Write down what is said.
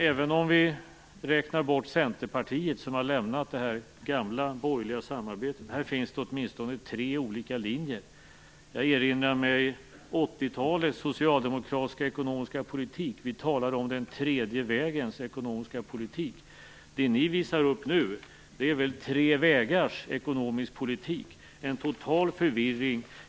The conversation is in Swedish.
Även om Centerpartiet, som lämnat det gamla borgerliga samarbetet, räknas bort finns det alltså åtminstone tre olika linjer här. Jag erinrar mig 80 talets socialdemokratiska ekonomiska politik. Vi talade om den tredje vägens ekonomiska politik. Vad ni nu visar upp är väl tre vägars ekonomisk politik. Det är en total förvirring.